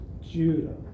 Judah